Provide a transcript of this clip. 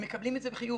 הם מקבלים את זה בחיוב.